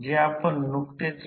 म्हणून V1 I0 cos ∅ 0 W i